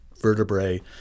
vertebrae